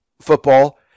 football